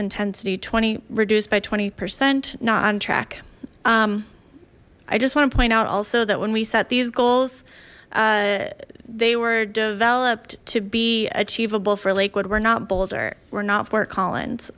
intensity twenty reduced by twenty percent not on track i just want to point out also that when we set these goals they were developed to be achievable for lakewood were not boulder were not fort collins